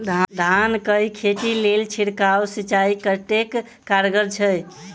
धान कऽ खेती लेल छिड़काव सिंचाई कतेक कारगर छै?